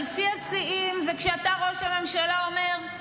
אבל שיא השיאים זה כשאתה, ראש הממשלה, אומר: